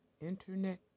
internet